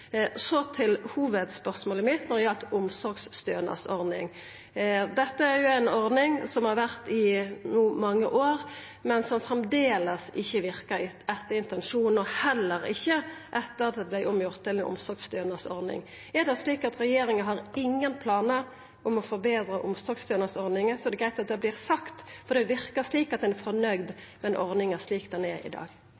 Så til hovudspørsmålet mitt når det gjaldt omsorgsstønadsordning: Dette er jo ei ordning som har vore i mange år, men som framleis ikkje verkar etter intensjonen, og heller ikkje etter at det vart gjort om til omsorgsstønadsordning. Er det slik at regjeringa ikkje har nokon planar om å forbetra omsorgsstønadsordninga, er det greitt at det vert sagt, for det verkar som om ein er fornøgd